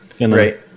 Right